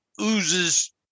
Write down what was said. oozes